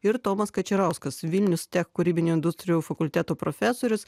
ir tomas kačerauskas vilnius tech kūrybinių industrijų fakulteto profesorius